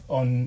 on